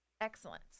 Excellent